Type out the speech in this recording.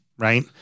Right